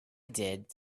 did